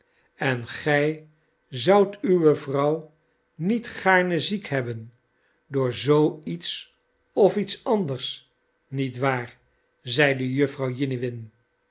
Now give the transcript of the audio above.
en gij zoudt uwe vrouw niet gaarne ziek hebben door zoo iets of iets anders niet waar zeide jufvrouw jiniwin